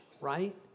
right